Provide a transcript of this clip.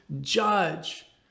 judge